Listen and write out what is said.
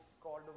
called